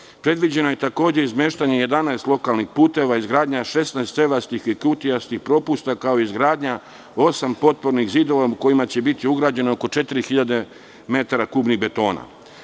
Takođe je predviđeno izmeštanje 11 lokalnih puteva, izgradnja 16 cevastih i kutijastih propusta, kao i izgradnja osam potpornih zidova kojima će biti ugrađeno oko 4000 metara kubnih betona.